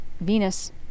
Venus